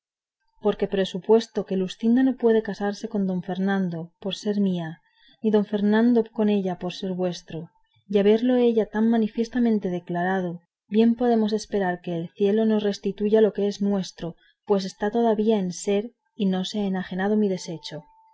porque presupuesto que luscinda no puede casarse con don fernando por ser mía ni don fernando con ella por ser vuestro y haberlo ella tan manifiestamente declarado bien podemos esperar que el cielo nos restituya lo que es nuestro pues está todavía en ser y no se ha enajenado ni deshecho